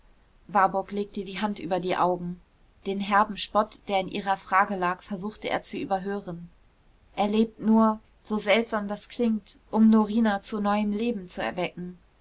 warburg legte die hand über die augen den herben spott der in ihrer frage lag versuchte er zu überhören er lebt nur so seltsam das klingt um norina zu neuem leben zu erwecken